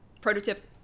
Prototype